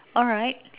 alright